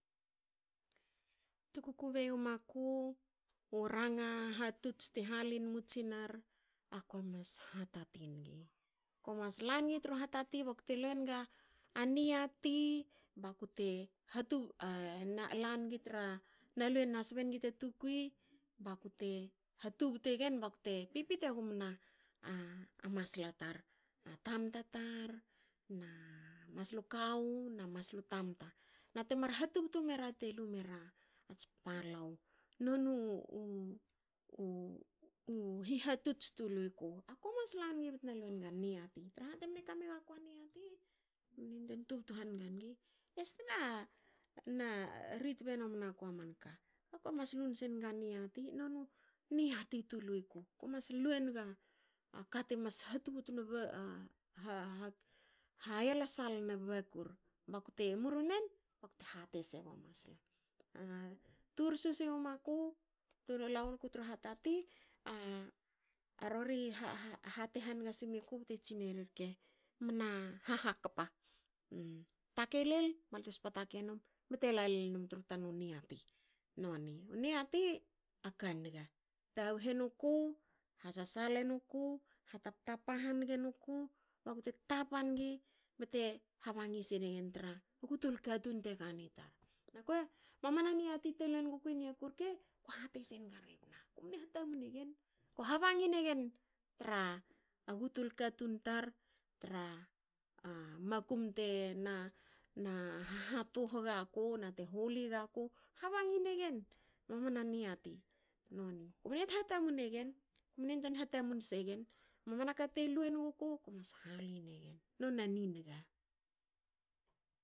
Tu kukubei maku, u ranga u hatots te halinme tsinar ako mas hatati nigi. ko mas la nigi tru hatati ba kute lue naga niati ba kute la ngi tra, lue na na sbe nigi ta tukui ba kute ha tubte gen ba kute pipite gumna masla tar. na tamta tar na maslu kawu na maslu tamta na temar hatubtu mera te lumera mats palau. nonu hihatots tu luiku. A ko mas langi bte nalue naga niati traha temne kame gaku a niati. mne yantuen tubtu hange ngi. Este na rit be namna ku a manka. ko mas lusenga niati. noniu niati tu luiku. ko mas luenga aka te mas ha tubutna ha yalesalna bakur. ba kute murunene bakte hati senga masla tu rsu siwo maku tu la waku tru hatati. a rori hati hange simiku bte tsineri rke. mna hahakpa. takei lel bte spa takei num bte lalo num tru tanu niati. noni. Niati aka niga taguhu enuku ha sasale nuku. ha taptap hanige nuku. bakute tapa nigi bte habangi sinegen tru butul katun te kani tar. Akue. mamana niati te lue nuguku i niaku rke ko hati senga rebna. kumne hatamun egen. Ko habangi negen tra gutul katun tar. tra makum tena hhatuh gaku nate huli gaku. habangi negen. mamana niati noni mne hat- hatamun egen mne yantuein hatamun segen. mamana kate luenguku ko mas hali negen. nona niniga